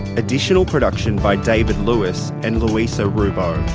additional production by david lewis and luisa rubbo.